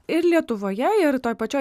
ir lietuvoje ir toj pačioj